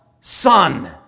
son